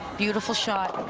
beautiful shot.